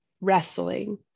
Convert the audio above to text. wrestling